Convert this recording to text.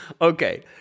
Okay